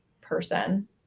person